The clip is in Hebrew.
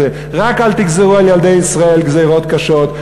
רק אל תגזרו על ילדי ישראל גזירות קשות,